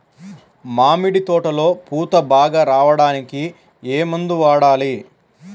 మామిడి తోటలో పూత బాగా రావడానికి ఏ మందు వాడాలి?